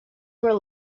were